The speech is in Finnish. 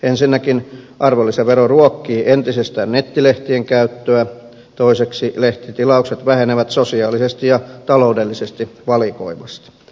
ensinnäkin arvonlisävero ruokkii entisestään nettilehtien käyttöä toiseksi lehtitilaukset vähenevät sosiaalisesti ja taloudellisesti valikoivasti